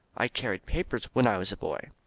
i carried papers when i was a boy.